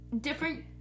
different